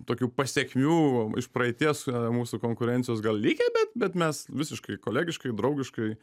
tokių pasekmių iš praeities mūsų konkurencijos gal likę bet bet mes visiškai kolegiškai draugiškai